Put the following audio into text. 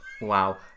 Wow